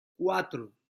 cuatro